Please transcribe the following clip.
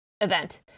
event